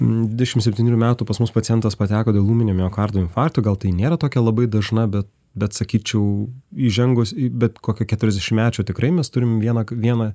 dvidešimt septynerių metų pas mus pacientas pateko dėl ūminio miokardo infarkto gal tai nėra tokia labai dažna bet bet sakyčiau įžengus į bet kokio keturiasdešimtmečio tikrai mes turim vieną vieną